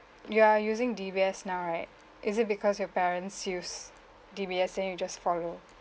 you are using D_B_S now right is it because your parents use D_B_S then you just follow